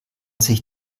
sich